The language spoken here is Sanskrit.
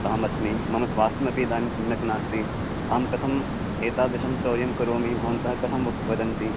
अहमस्मि मम स्वास्थ्यमपि इदानीं सम्यक् नास्ति अहं कथम् एतादृशं चौर्यं करोमि भवन्तः कथं उक् वदन्ति